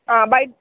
బయట